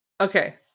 Okay